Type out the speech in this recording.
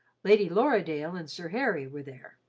lady lorredaile and sir harry were there,